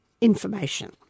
information